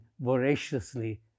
voraciously